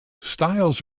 styles